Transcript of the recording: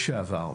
לשעבר,